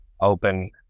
open